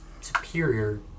superior